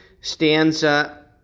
stanza